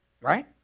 Right